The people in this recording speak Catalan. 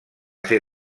ser